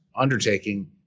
undertaking